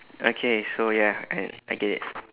okay so ya I I get it